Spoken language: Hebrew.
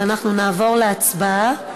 ואנחנו נעבור להצבעה.